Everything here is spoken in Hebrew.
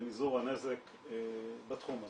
למזעור הנזק בתחום הזה.